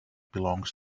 belongs